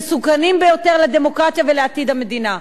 מסוכנים מאוד לדמוקרטיה ולעתיד המדינה.